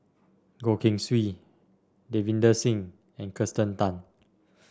Goh Keng Swee Davinder Singh and Kirsten Tan